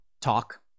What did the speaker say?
talk